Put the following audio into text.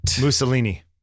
Mussolini